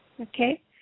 Okay